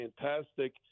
fantastic